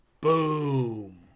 boom